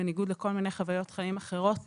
בניגוד לכל מיני חוויות חיים אחרות,